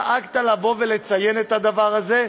דאגת לבוא ולציין את הדבר הזה,